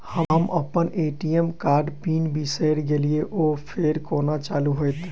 हम अप्पन ए.टी.एम कार्डक पिन बिसैर गेलियै ओ फेर कोना चालु होइत?